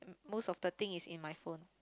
most of the thing is in my phone